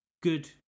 good